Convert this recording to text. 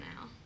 now